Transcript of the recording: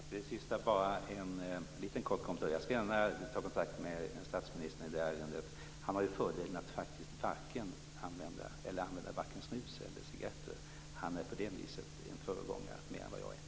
Fru talman! Jag vill bara göra en liten kort kommentar om det sista. Jag skall gärna ta kontakt med statsministern i det här ärendet. Han har ju den fördelen att faktiskt använda varken snus eller cigaretter. Han är på det viset en föregångare mer än vad jag är!